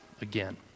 again